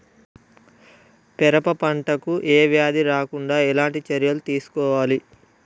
పెరప పంట కు ఏ వ్యాధి రాకుండా ఎలాంటి చర్యలు తీసుకోవాలి?